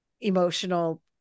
emotional